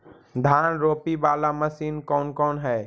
धान रोपी बाला मशिन कौन कौन है?